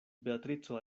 beatrico